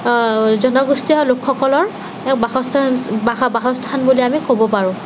জনগোষ্ঠীয়সকলৰ বাসস্থান বাস বাসস্থান বুলি আমি ক'ব পাৰোঁ